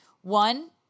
one